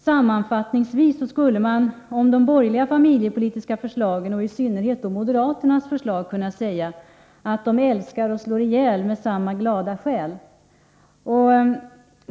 Sammanfattningsvis skulle man om de borgerliga partiernas familjepolitiska förslag, i synnerhet då moderaternas, kunna säga att de älskar och slår ihjäl med samma glada själ.